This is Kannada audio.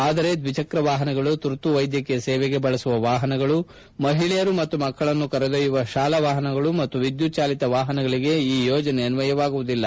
ಆದರೆ ದ್ವಿಚಕ್ರ ವಾಹನಗಳು ತುರ್ತು ವೈದ್ವಕೀಯ ಸೇವೆಗೆ ಬಳಸುವ ವಾಹನಗಳು ಮಹಿಳೆಯರು ಹಾಗೂ ಮಕ್ಕಳನ್ನು ಕರೆದೊಯ್ದುವ ಶಾಲಾ ವಾಪನ ಮತ್ತು ವಿದ್ದುತ್ ಜಾಲಿತ ವಾಪನಗಳಿಗೆ ಈ ಯೋಜನೆ ಅನ್ವಯವಾಗುವುದಿಲ್ಲ